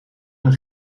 een